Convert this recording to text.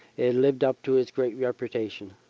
it lived up to its great reputation.